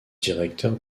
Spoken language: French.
directeur